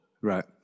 Right